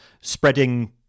spreading